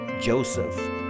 Joseph